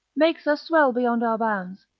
makes us swell beyond our bounds,